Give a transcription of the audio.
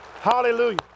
Hallelujah